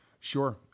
Sure